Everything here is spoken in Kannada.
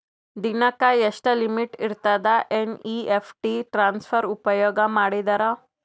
ದಿನಕ್ಕ ಎಷ್ಟ ಲಿಮಿಟ್ ಇರತದ ಎನ್.ಇ.ಎಫ್.ಟಿ ಟ್ರಾನ್ಸಫರ್ ಉಪಯೋಗ ಮಾಡಿದರ?